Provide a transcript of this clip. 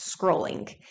scrolling